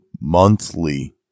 monthly